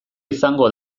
izango